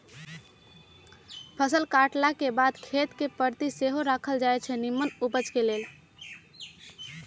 फसल काटलाके बाद खेत कें परति सेहो राखल जाई छै निम्मन उपजा लेल